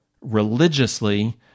religiously